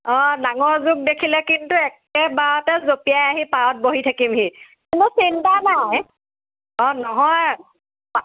অঁ ডাঙৰ জোক দেখিলে কিন্তু একেবাৰতে জঁপিয়াই আহি পাৰত বহি থাকিমহি কোনো চিন্তা নাই অঁ নহয় অঁ